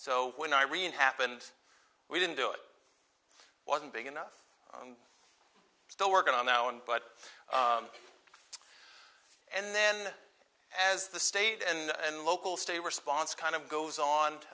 so when i read happened we didn't do it wasn't big enough i'm still working on that one but and then as the state and local state response kind of